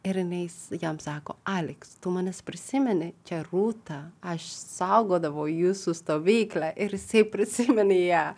ir jinai jam sako aleks tu manęs prisimeni čia rūta aš saugodavau jūsų stovyklą ir jisai prisiminė ją